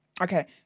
Okay